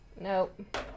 Nope